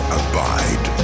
abide